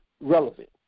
relevant